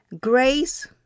grace